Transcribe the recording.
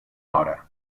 hora